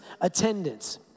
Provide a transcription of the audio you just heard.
attendance